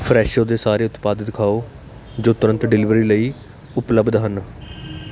Fresho ਦੇ ਸਾਰੇ ਉਤਪਾਦ ਦਿਖਾਓ ਜੋ ਤੁਰੰਤ ਡਿਲੀਵਰੀ ਲਈ ਉਪਲੱਬਧ ਹਨ